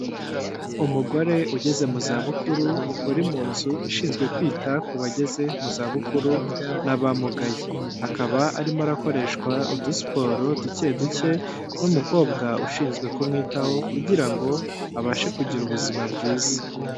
Umugore ugeze mu zabukuru uri mu nzu ishinzwe kwita ku bageze mu zabukuru n'abamumugaye, akaba arimo arakoreshwa udusiporo duke duke n'umukobwa ushinzwe kumwitaho kugira ngo abashe kugira ubuzima bwiza.